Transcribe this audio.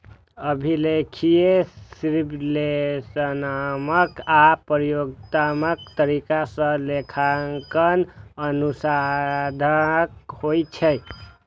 अभिलेखीय, विश्लेषणात्मक आ प्रयोगात्मक तरीका सं लेखांकन अनुसंधानक होइ छै